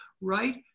right